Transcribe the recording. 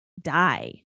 die